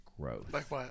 growth